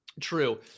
True